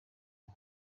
ubu